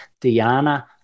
Diana